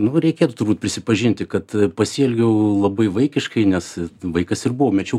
nu va reikėtų turbūt prisipažinti kad pasielgiau labai vaikiškai nes vaikas ir buvau mečiau